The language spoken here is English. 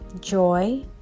joy